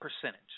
percentage